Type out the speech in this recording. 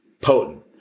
potent